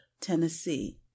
tennessee